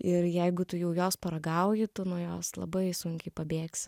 ir jeigu tu jau jos paragauji tu nuo jos labai sunkiai pabėgsi